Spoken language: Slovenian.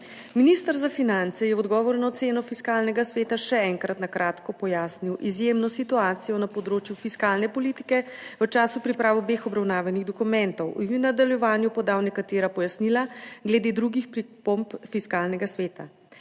Minister za finance je v odgovoru na oceno Fiskalnega sveta še enkrat na kratko pojasnil izjemno situacijo na področju fiskalne politike v času priprave obeh obravnavanih dokumentov in v nadaljevanju podal nekatera pojasnila glede drugih pripomb Fiskalnega sveta.